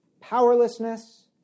powerlessness